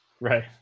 Right